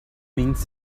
means